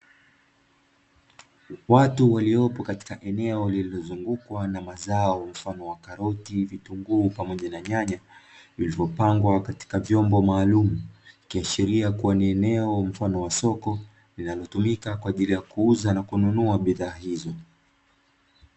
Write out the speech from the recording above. Watu waliokuwepo katika eneo lililozungukwa na mazao mfano wa karoti, vitunguu pamoja na nyanya, vilivyopangwa katika vyombo maalumu, ikiashiria kuwa ni eneo mfano wa soko linalotumika kwa ajili ya kuuza na kununua bidhaa hizo.